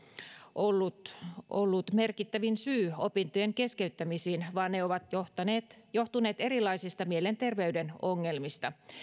ollut ollut merkittävin syy opintojen keskeyttämisiin vaan ne ovat johtuneet johtuneet erilaisista mielenterveyden ongelmista